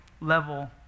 level